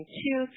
two